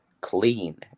clean